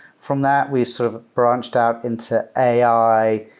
from that we sort of branched out into ai,